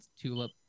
tulip